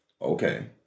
Okay